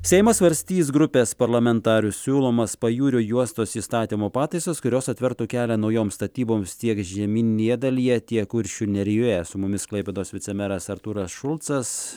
seimas svarstys grupės parlamentarių siūlomas pajūrio juostos įstatymo pataisas kurios atvertų kelią naujoms statyboms tiek žemyninėje dalyje tiek kuršių nerijoje su mumis klaipėdos vicemeras artūras šulcas